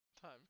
time